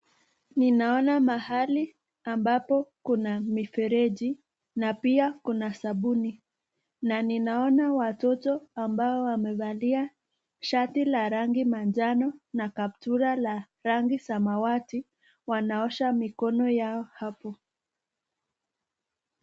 Ninaona mahali ambapo kuna mifereji, na pia kuna sabuni, ninaona watoto ambao wamevalia shati la rangi manjano na kaptula la rangi ya samawati wanaosha mikono yao hapo.